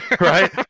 Right